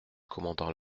commandant